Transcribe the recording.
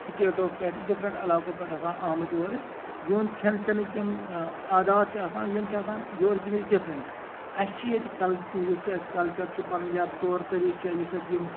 سِٹیٹو پٮ۪ٹھٕ ڈِفرنٹ علاقو پٮ۪ٹھ آسان آمٕتۍ یور یِمن چھِ کھٮ۪ن چینٔکۍ یِم عادت چھِ آسان یِم چھِ آسان یورکہِ نِش ڈِفرنٹ اَسہِ چھِ ییٚتہِ یُس یہِ اَسہِ کَلچر چھُ پَنُن یا طور طریقہٕ چھُ یُس اَسہِ یِم